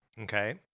Okay